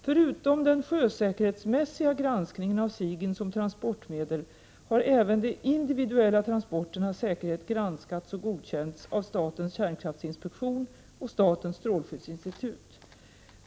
Förutom den sjösäkerhetsmässiga granskningen av Sigyn som transportmedel har även de individuella transporternas säkerhet granskats och godkänts av statens kärnkraftinspektion och statens strålskyddsinstitut.